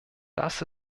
das